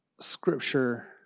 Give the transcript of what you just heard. scripture